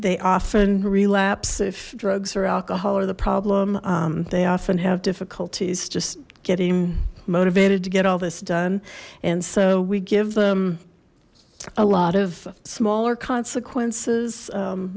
they often relapse if drugs or alcohol or the problem they often have difficulties just getting motivated to get all this done and so we give them a lot of smaller consequences